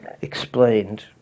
explained